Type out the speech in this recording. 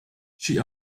she